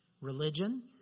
religion